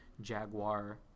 jaguar